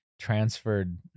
transferred